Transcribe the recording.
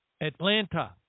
Atlanta